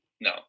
no